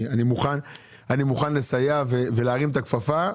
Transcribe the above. אני מוכן לסייע ולהרים את הכפפה,